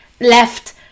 left